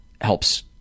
helps